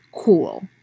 Cool